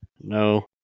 No